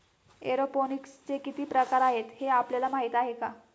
एरोपोनिक्सचे किती प्रकार आहेत, हे आपल्याला माहित आहे का?